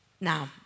Now